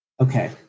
Okay